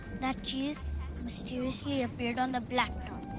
that cheese mysteriously appeared on the blacktop.